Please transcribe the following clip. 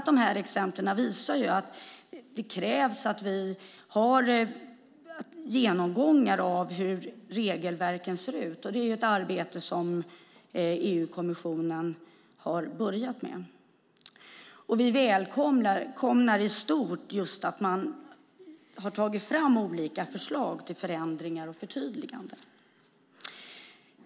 Dessa exempel visar att det krävs genomgångar av hur regelverken ser ut. Det är ett arbete som EU-kommissionen har påbörjat. Vi välkomnar att man tagit fram olika förslag till förändringar och förtydliganden.